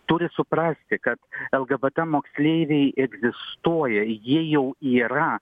turit suprasti kad lgbt moksleiviai egzistuoja jie jau yra